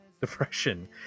depression